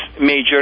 major